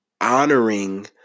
honoring